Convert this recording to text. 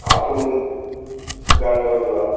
আধুনিক গান বাজনা